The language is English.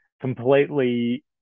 completely